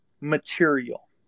material